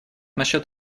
насчет